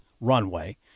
runway